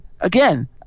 again